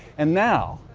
and now,